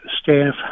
Staff